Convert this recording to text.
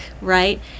Right